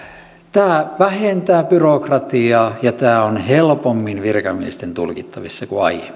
tämä vähentää byrokratiaa ja tämä on helpommin virkamiesten tulkittavissa kuin aiemmin